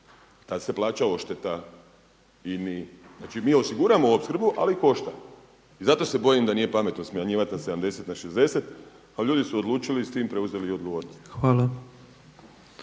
tad se plaća odšteta INA-i. Znači mi osiguramo opskrbu ali i košta. I zato se bojim da nije pametno smanjivat na 70, na 60. A ljudi su odlučili s tim i preuzeli odgovornost.